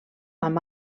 amb